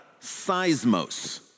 seismos